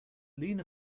lena